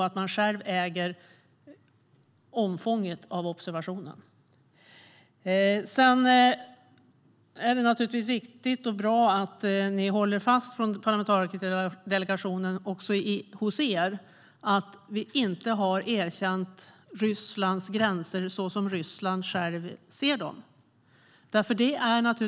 Det är givetvis viktigt och bra att ni i den parlamentariska delegationen också håller fast vid att inte erkänna Rysslands gränser så som Ryssland självt ser dem. Det är välkommet.